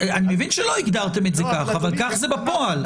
אני מבין שלא הגדרתם את זה כך, אבל כך זה בפועל.